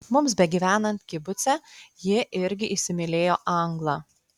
mums begyvenant kibuce ji irgi įsimylėjo anglą